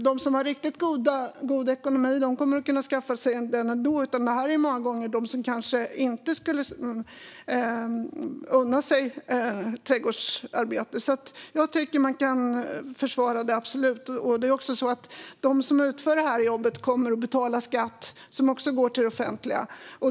De som har riktigt god ekonomi kommer att kunna köpa tjänsten ändå; det här gäller många gånger dem som kanske inte skulle unna sig att betala för trädgårdsarbete. Jag tycker alltså absolut att man kan försvara detta. Det är dessutom så att de som utför det här jobbet kommer att betala skatt, som också går till det offentliga.